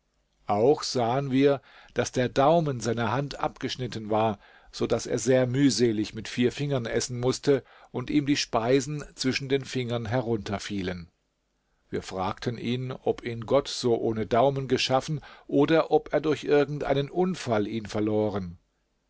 auch sahen wir daß der daumen seiner hand abgeschnitten war so daß er sehr mühselig mit vier fingern essen mußte und ihm die speisen zwischen den fingern herunterfielen wir fragten ihn ob ihn gott so ohne daumen geschaffen oder ob er durch irgend einen unfall ihn verloren